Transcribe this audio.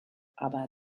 aber